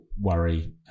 worry